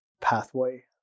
pathway